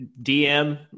DM